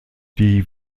die